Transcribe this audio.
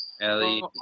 ellie